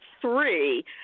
three